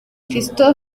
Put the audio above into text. christophe